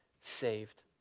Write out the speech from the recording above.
saved